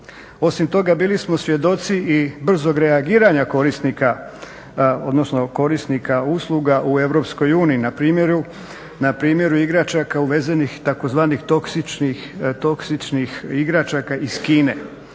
Osim toga, bili smo svjedoci i brzog reagiranja korisnika odnosno korisnika usluga u Europskoj uniji na primjeru igračaka uvezenih tzv. toksičnih igračaka iz Kine.